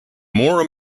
more